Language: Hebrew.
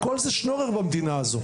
הכל זה שנורר במדינה הזו.